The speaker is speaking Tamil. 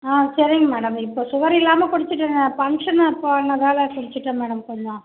ஆ சேரிங்க மேடம் இப்போ ஸுகரு இல்லாமல் குடிச்சிவிட்டேன் ஃபங்க்ஷன் அப்போ ஆனதால் குடிச்சிட்டேன் மேடம் கொஞ்சம்